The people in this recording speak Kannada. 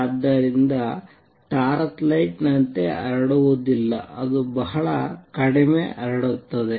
ಆದ್ದರಿಂದ ಟಾರ್ಚ್ ಲೈಟ್ ನಂತೆ ಹರಡುವುದಿಲ್ಲ ಅದು ಬಹಳ ಕಡಿಮೆ ಹರಡುತ್ತದೆ